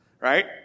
right